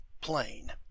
plane